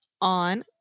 on